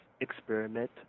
experiment